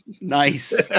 Nice